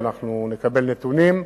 ואנחנו נקבל נתונים,